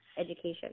education